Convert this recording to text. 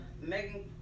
Megan